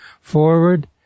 forward